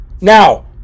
now